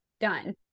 done